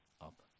up